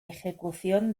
ejecución